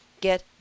Get